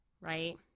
right